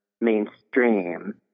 mainstream